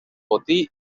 botí